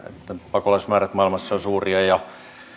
pakolaismäärät maailmassa ovat suuria ja